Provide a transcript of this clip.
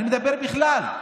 אני מדבר בכלל.